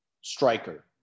striker